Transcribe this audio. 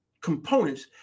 components